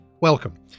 Welcome